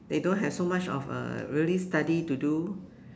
they don't have so much of a really study to do